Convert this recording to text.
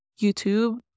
YouTube